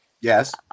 Yes